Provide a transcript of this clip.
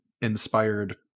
inspired